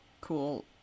cool